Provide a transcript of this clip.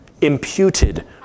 Imputed